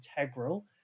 integral